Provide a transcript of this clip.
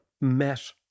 met